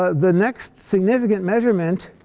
ah the next significant measurement